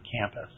campus